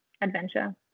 adventure